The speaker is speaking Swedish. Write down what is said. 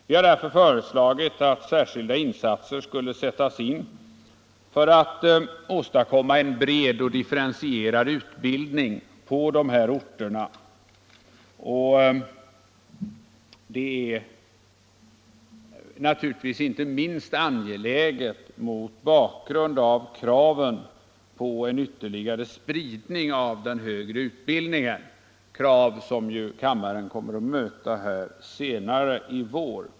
Vi har därför föreslagit att särskilda insatser skall göras för att åstadkomma en bred och differentierad utbildning på dessa orter, vilket naturligtvis är angeläget inte minst mot bakgrund av kraven på en ytterligare spridning av den högre utbildningen - krav som kammaren kommer att möta senare i vår.